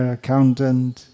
Accountant